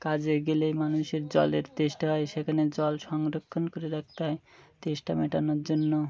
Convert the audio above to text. কাজে গেলে মানুষের জলের তেষ্টা হয় সেখানে জল সংরক্ষণ করে রাখতে হয় তেষ্টা মেটানোর জন্য